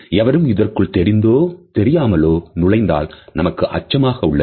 எவரும் இதற்குள் தெரிந்தோ தெரியாமலோ நுழைந்தால் நமக்கு அச்சமாக உள்ளது